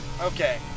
Okay